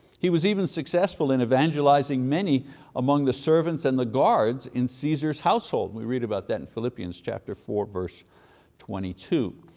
he was even successful in evangelizing many among the servants and the guards in caesar's household. we read about that in philippians chapter four, verse twenty two.